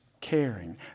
caring